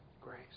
grace